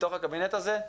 בתוך הקבינט הזה,